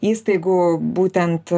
įstaigų būtent